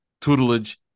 tutelage